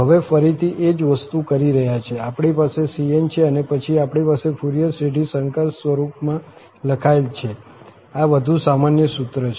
તો હવે ફરીથી એ જ વસ્તુ કરી રહ્યા છીએ આપણી પાસે cn છે અને પછી આપણી પાસે ફુરિયર શ્રેઢી સંકર સ્વરૂપમાં લખાયેલ છે આ વધુ સામાન્ય સૂત્ર છે